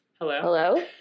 Hello